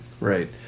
Right